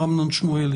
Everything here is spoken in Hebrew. מקלב.